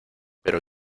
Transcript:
pero